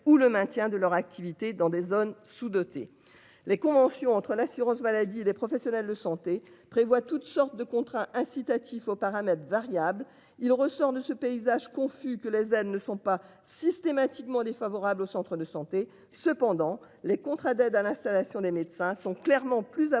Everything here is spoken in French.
ou le maintien de leur activité dans des zones sous-dotées les conventions entre l'assurance maladie, les professionnels de santé prévoit toutes sortes de contrats incitatif aux paramètres variables. Il ressort de ce paysage confus que les aides ne sont pas systématiquement défavorables au Centre de santé cependant les contrats d'aide à l'installation des médecins sont clairement plus